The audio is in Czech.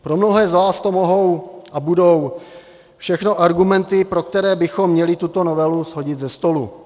Pro mnohé z vás to mohou a budou všechno argumenty, pro které bychom měli tuto novelu shodit ze stolu.